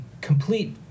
complete